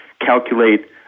calculate